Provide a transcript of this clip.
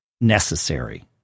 necessary